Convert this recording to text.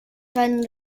found